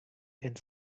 and